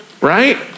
right